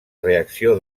reacció